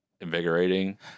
invigorating